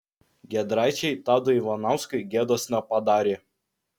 giedraičiai tadui ivanauskui gėdos nepadarė